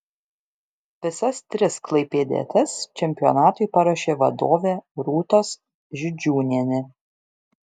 visas tris klaipėdietės čempionatui paruošė vadovė rūtos židžiūnienė